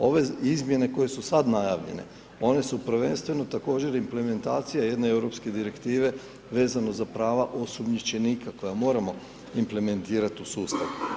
Ove izmjene koje su sada najavljene, one su prvenstveno također i implementacija jedne europske direktive, vezano za prava osumnjičenika, koje moramo implementirati u sustav.